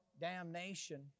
damnation